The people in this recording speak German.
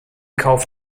kauf